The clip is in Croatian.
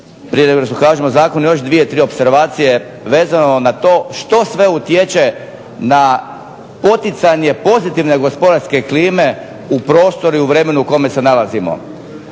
prije nego što kažem o zakonu još dvije, tri opservacije, vezano na to što sve utječe na poticanje pozitivne gospodarske klime u prostoru i u vremenu u kome se nalazimo.